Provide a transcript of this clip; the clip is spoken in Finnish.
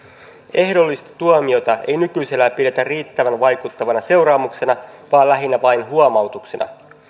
ehdollista tuomiota ei nykyisellään pidetä riittävän vaikuttavana seuraamuksena vaan lähinnä vain huomautuksena